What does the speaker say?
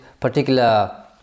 particular